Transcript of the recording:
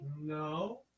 No